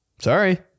Sorry